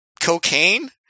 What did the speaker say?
cocaine